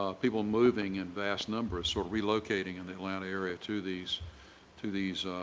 ah people moving in vast numbers, so relocating in the atlanta area to these to these